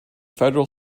federal